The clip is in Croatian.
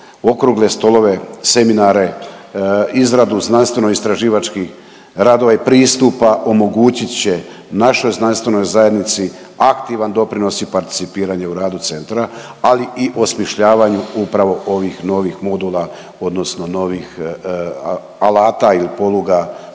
okrugle stolove, seminare, izradu znanstveno istraživačkih radova i pristupa omogućit će našoj znanstvenoj zajednici aktivan doprinos i participiranje u radu centra, ali i osmišljavanju upravo ovih novih modula odnosno novih alata ili poluga za